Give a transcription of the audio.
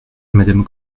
madame